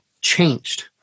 changed